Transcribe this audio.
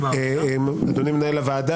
אדוני מנהל הוועדה,